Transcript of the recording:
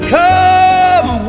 come